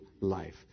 life